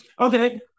Okay